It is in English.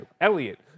Elliot